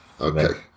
okay